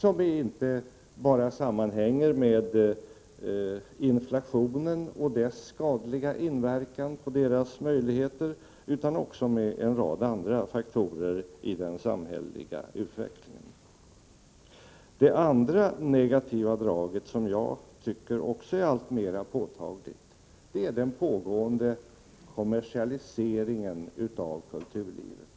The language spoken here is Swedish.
Detta sammanhänger inte bara med inflationen och dess skadliga inverkan på de här gruppernas möjligheter, utan det sammanhänger också med en rad andra faktorer i den samhälleliga utvecklingen. Det andra negativa draget, som jag tycker är alltmera påtagligt, är den pågående kommersialiseringen av kulturlivet.